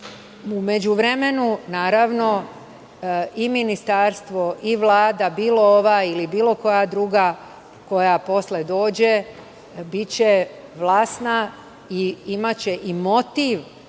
međuvremenu, naravno, i ministarstvo i Vlada, bilo ova ili bilo koja druga koja posle dođe, biće vlasna i imaće i motiv